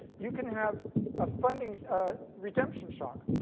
you can have a funding ah redemption shock.